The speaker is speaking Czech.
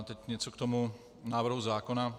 Teď něco k tomu návrhu zákona.